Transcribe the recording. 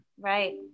right